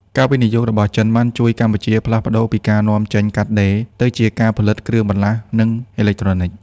ការវិនិយោគរបស់ចិនបានជួយកម្ពុជាផ្លាស់ប្តូរពីការនាំចេញកាត់ដេរ ទៅជាការផលិតគ្រឿងបន្លាស់ និងអេឡិចត្រូនិច។